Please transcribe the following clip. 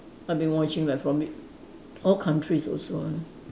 I've been watching like from it all countries also ah